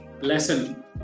lesson